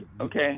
Okay